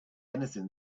anything